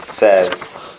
Says